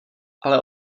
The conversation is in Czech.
ale